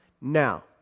Now